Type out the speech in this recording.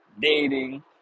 dating